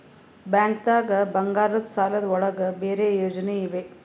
ಬ್ಯಾಂಕ್ದಾಗ ಬಂಗಾರದ್ ಸಾಲದ್ ಒಳಗ್ ಬೇರೆ ಯೋಜನೆ ಇವೆ?